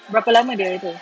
berapa lama dia itu